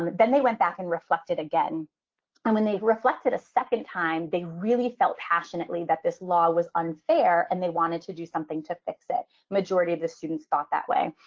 then they went back and reflected again and when they reflected a second time. they really felt passionately that this law was unfair, and they wanted to do something to fix it. majority of the students thought that way.